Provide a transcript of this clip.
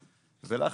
ולך,